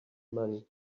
money